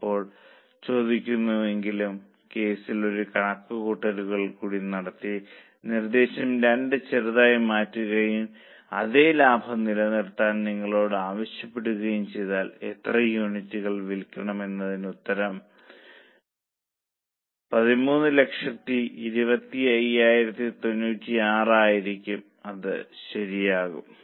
അതിപ്പോൾ ചോദിക്കുന്നില്ലെങ്കിലും കേസിൽ ഒരു കണക്കുകൂട്ടൽ കൂടി നടത്തി നിർദ്ദേശം 2 ചെറുതായി മാറ്റുകയും അതേ ലാഭം നിലനിർത്താൻ നിങ്ങളോട് ആവശ്യപ്പെടുകയും ചെയ്താൽ എത്ര യൂണിറ്റുകൾ വിൽക്കണം എന്നതിന് ഉത്തരം 132596 ആയിരിക്കും അത് ശരിയാകും